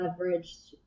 leveraged